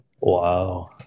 Wow